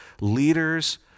Leaders